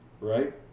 right